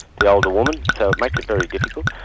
the older woman, so it makes it very difficult.